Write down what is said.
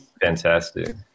fantastic